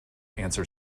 answer